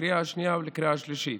לקריאה שנייה ולקריאה שלישית.